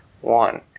one